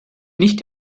nicht